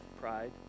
pride